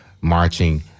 marching